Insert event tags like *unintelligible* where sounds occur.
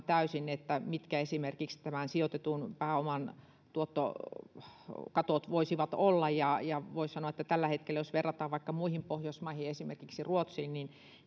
*unintelligible* täysin mitkä esimerkiksi tämän sijoitetun pääoman tuottokatot voisivat olla ja ja voi sanoa että kyllä tällä hetkellä jos verrataan vaikka muihin pohjoismaihin esimerkiksi ruotsiin